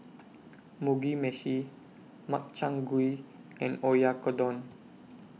Mugi Meshi Makchang Gui and Oyakodon